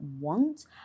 want